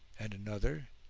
and another,